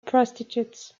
prostitutes